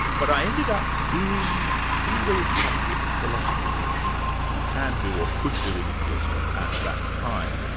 but i ended up doing single subject philosophy, which you can do or could do in england at that time.